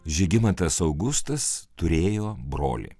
žygimantas augustas turėjo brolį